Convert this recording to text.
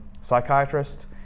psychiatrist